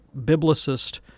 biblicist